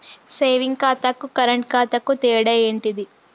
Saving ఖాతాకు current ఖాతాకు తేడా ఏంటిది?